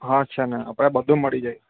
હા છે ને આપડે બધું મળી જાય